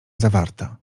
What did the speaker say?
zawarta